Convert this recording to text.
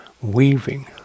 weaving